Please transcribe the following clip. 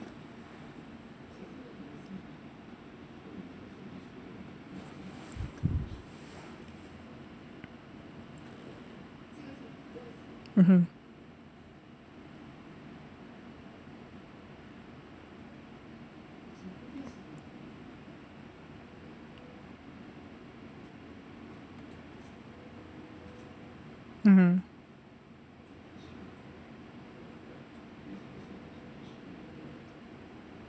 mmhmm mmhmm